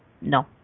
No